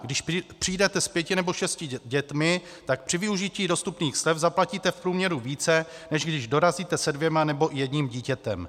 Když přijdete s pěti nebo šesti dětmi, tak při využití dostupných slev zaplatíte v průměru více, než když dorazíte se dvěma nebo jedním dítětem.